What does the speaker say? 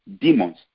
demons